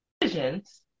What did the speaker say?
decisions